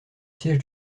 siège